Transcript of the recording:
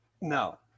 No